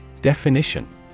Definition